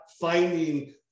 finding